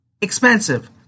expensive